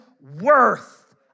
worth